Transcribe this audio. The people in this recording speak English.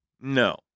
No